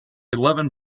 eleven